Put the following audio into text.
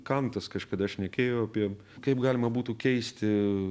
kantas kažkada šnekėjo apie kaip galima būtų keisti